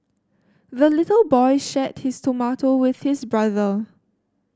the little boy shared his tomato with his brother